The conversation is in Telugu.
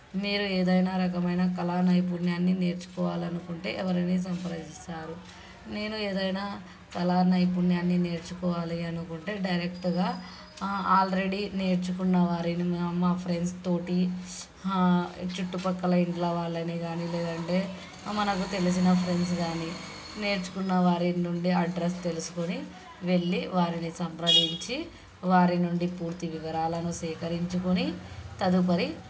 మీరు ఏదైనా రకమైన కళా నైపుణ్యాన్ని నేర్చుకోవాలి అనుకుంటే ఎవరిని సంప్రదిస్తారు నేను ఏదైనా కళా నైపుణ్యాన్ని నేర్చుకోవాలి అనుకుంటే డైరెక్ట్గా ఆల్రెడీ నేర్చుకున్న వారి మా ఫ్రెండ్స్ తోటి చుట్టుపక్కల ఇండ్ల వాళ్ళని కానీ లేదంటే మనకు తెలిసిన ఫ్రెండ్స్ కానీ నేర్చుకున్న వారి నుండి అడ్రస్ తెలుసుకుని వెళ్ళి వారిని సంప్రదించి వారి నుండి పూర్తి వివరాలను సేకరించుకుని తదుపరి